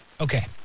okay